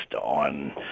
on